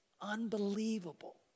unbelievable